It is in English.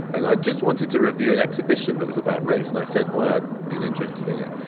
and i just wanted to review an exhibition that was about race. and i said why i'd been interested in it,